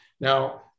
now